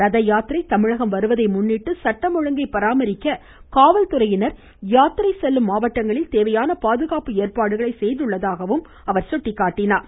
ரத யாத்திரை தமிழகம் வருவதை முன்னிட்டு சட்டம் ஒழுங்கை பராமரிக்க காவல்துறையினர் யாத்திரை செல்லும் மாவட்டங்களில் தேவையான பாதுகாப்பு ஏற்பாடுகளை செய்துள்ளதாகவும் கூறினார்